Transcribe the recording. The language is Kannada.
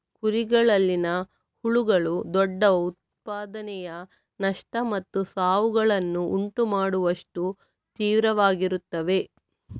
ಕುರಿಗಳಲ್ಲಿನ ಹುಳುಗಳು ದೊಡ್ಡ ಉತ್ಪಾದನೆಯ ನಷ್ಟ ಮತ್ತು ಸಾವುಗಳನ್ನು ಉಂಟು ಮಾಡುವಷ್ಟು ತೀವ್ರವಾಗಿರುತ್ತವೆ